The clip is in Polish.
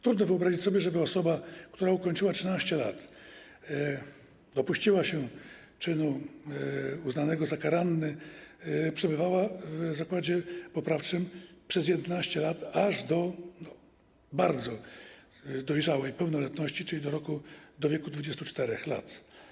Trudno wyobrazić sobie, żeby osoba, która ukończyła 13 lat i dopuściła się czynu uznanego za karalny, przebywała w zakładzie poprawczym przez 11 lat, aż do bardzo dojrzałej pełnoletności, czyli do wieku 24 lat.